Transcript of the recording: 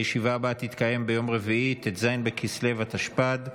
הישיבה הבאה תתקיים ביום רביעי ט"ז בכסלו התשפ"ד,